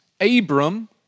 Abram